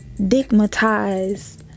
digmatized